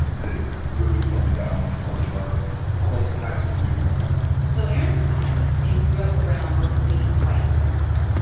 and it really tore me down over the course of high school and junior high so aaron's black and grew up around mostly white folks.